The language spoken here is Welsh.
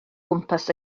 gwmpas